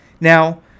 Now